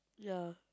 ya